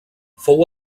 fou